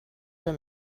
für